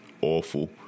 awful